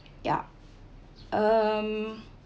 yeah um